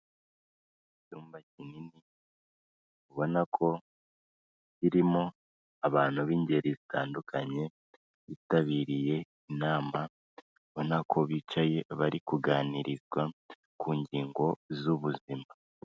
icyumba kinini ubona ko kirimo abantu b'ingeri zitandukanye bitabiriye inama, ubona ko bicaye bari kuganirizwa ku ngingo z'ubuzima.